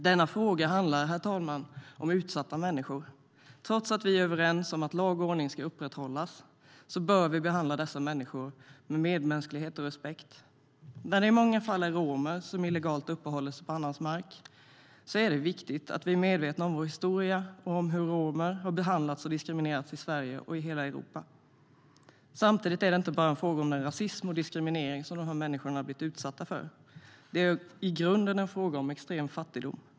Denna fråga handlar om utsatta människor. Trots att vi är överens om att lag och ordning ska upprätthållas bör vi behandla dessa människor med medmänsklighet och respekt. När det i många fall är romer som illegalt uppehåller sig på annans mark är det viktigt att vi är medvetna om vår historia och om hur romer har behandlats och diskriminerats i Sverige och i hela Europa.Samtidigt är det inte bara en fråga om den rasism och diskriminering som de här människorna har blivit utsatta för. Det är i grunden en fråga om extrem fattigdom.